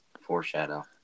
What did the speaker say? Foreshadow